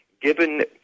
given